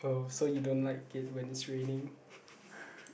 oh so you don't like it when it's raining